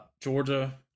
Georgia